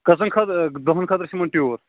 کٔژن خٲطر دۄہن خأطرٕ چھُ یِمن ٹیوٗر